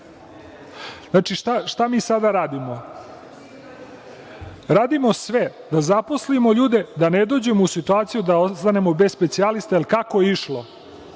Znači, šta mi sada radimo? Radimo sve da zaposlimo ljude, da ne dođemo u situaciju da ostanemo bez specijalista jer kako je išlo